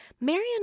Marion